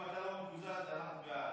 אם אתה לא מקוזז, אנחנו בעד.